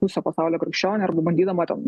viso pasaulio krikščionių arba bandydama ten